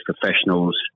professionals